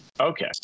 okay